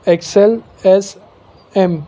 Excel S M